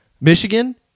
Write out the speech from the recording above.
Michigan